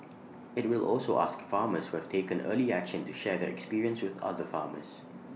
IT will also ask farmers who have taken early action to share their experience with other farmers